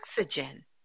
oxygen